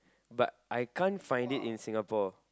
but I can't find it in Singapore